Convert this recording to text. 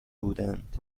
بودند